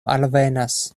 alvenas